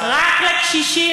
רק לקשישים,